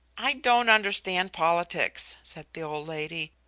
i don't understand politics, said the old lady.